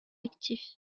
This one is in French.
actif